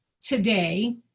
today